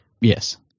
Yes